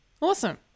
Awesome